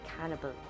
Cannibal